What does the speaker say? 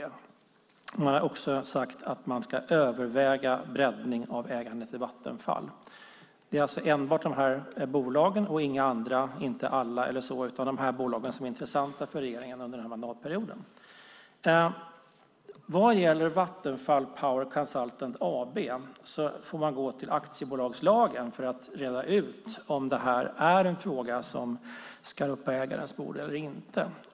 Man har också sagt att man ska överväga breddning av ägandet i Vattenfall. Det är enbart dessa bolag och inga andra som är intressanta för regeringen under denna mandatperiod. Vad gäller Vattenfall Power Consultant AB får man gå till aktiebolagslagen för att reda ut om detta är en fråga som ska upp på ägarens bord eller inte.